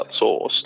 outsourced